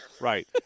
right